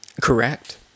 Correct